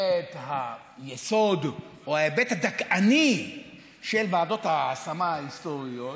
היסוד או ההיבט הדכאני של ועדות ההשמה ההיסטוריות,